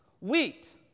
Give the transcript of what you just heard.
Wheat